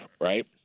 right